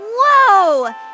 Whoa